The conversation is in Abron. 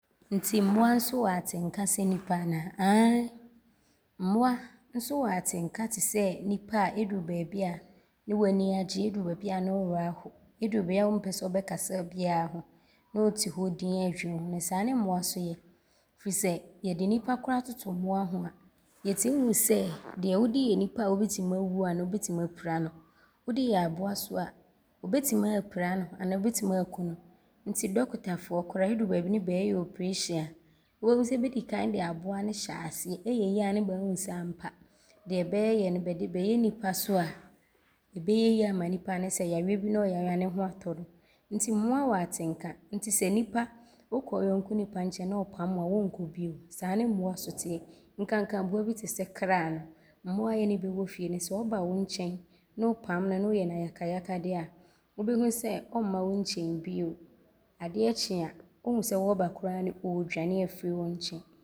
Nti mmoa so wɔ atenka sɛ nnipa anaa? Aane. Mmoa so wɔ atenka te sɛ nnipa a ɔduru baabi a ne w’ani agye. Ɔduru baabi a ne wo werɛ aaho. Ɔduru baabi a wompɛ sɛ wobɛkasa biaa ho ne wote hɔ din ɔɔdwene wo ho. Saa ne mmoa so yɛ firi sɛ yɛde nnipa koraa toto mmoa ho a, yɛtim hu sɛ deɛ wode yɛ nnipa a ɔbɛtim awu anaa ɔbɛtim apira no, wode yɛ aboa so a, ɔbɛtim aapira no anaa ɔbɛtim aaku no nti dɔkotafoɔ koraa no, ɔduru baabi ne bɛɛyɛ oprehyɛn a, wobɛhu sɛ bɛdi kan de aboa ne hyɛ aseɛ, ɔyɛ yie a ne bɛaahu sɛ ampa deɛ bɛɛyɛ no, bɛde bɛyɛ nnipa so a, ɔbɛyɛ yie ama nnipa no sɛ yareɛ bi ne ɔyare a, ne ho aatɔ no nti mmoa wɔ atenka sɛ nnipa wokɔ wo yɔnko nnipa nkyɛn ne ɔpam wo a, wɔnkɔ bio. Saa ne mmoa so teɛ nkanka aboa bi te sɛ kra. Mmoa a yɛne bɛ wɔ fie no, sɛ ɔba wo nkyɛn ne wopam no a ne woyɛ no ayakayakadeɛ a, wobɛhu sɛ ɔmma wo nkyɛn bio. Adeɛ kye a, ɔhu sɛ wɔɔba a, ne ɔɔdwane aafiri wo nkyɛn.